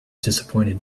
disappointed